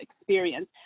experience